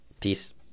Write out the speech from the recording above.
peace